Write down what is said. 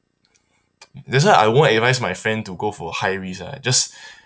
that's why I won't advise my friend to go for high risk lah just